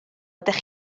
ydych